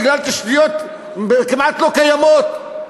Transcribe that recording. בגלל תשתיות כמעט לא קיימות,